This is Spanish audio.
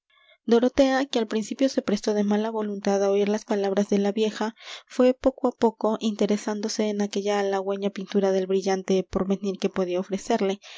dorotea que al principio se prestó de mala voluntad á oir las palabras de la vieja fué poco á poco interesándose en aquella halagüeña pintura del brillante porvenir que podía ofrecerle